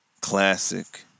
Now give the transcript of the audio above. classic